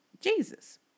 Jesus